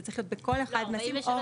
זה צריך להיות בכל אחד מהסעיפים,